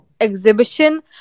exhibition